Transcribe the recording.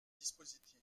dispositif